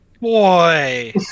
boy